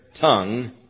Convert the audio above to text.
tongue